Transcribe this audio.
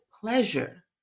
pleasure